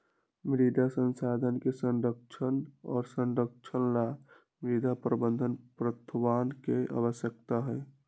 मृदा संसाधन के संरक्षण और संरक्षण ला मृदा प्रबंधन प्रथावन के आवश्यकता हई